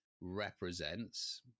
represents